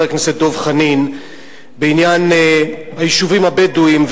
הכנסת דב חנין בעניין היישובים הבדואיים,